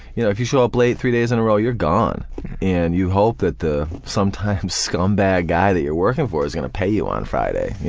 you know if you show up late three days in a row you're gone and you hope that the sometimes scumbag guy that you're working for is gonna pay you on friday.